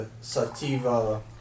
sativa